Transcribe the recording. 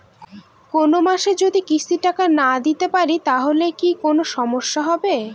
কোনমাসে যদি কিস্তির টাকা না দিতে পারি তাহলে কি কোন সমস্যা হবে?